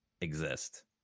exist